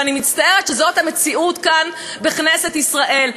ואני מצטערת שזאת המציאות כאן, בכנסת ישראל.